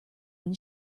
when